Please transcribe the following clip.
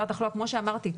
שאמרתי,